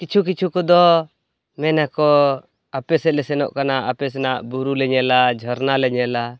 ᱠᱤᱪᱷᱩ ᱠᱤᱪᱷᱩ ᱠᱚᱫᱚ ᱢᱮᱱᱟᱠᱚ ᱟᱯᱮ ᱥᱮᱫᱞᱮ ᱥᱮᱱᱚᱜ ᱠᱟᱱᱟ ᱟᱯᱮ ᱥᱮᱱᱟᱜ ᱵᱩᱨᱩᱞᱮ ᱧᱮᱞᱟ ᱡᱷᱚᱨᱱᱟᱞᱮ ᱧᱮᱞᱟ